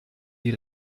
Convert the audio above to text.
die